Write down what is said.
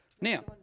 Now